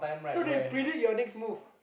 so they predict your next move